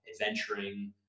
adventuring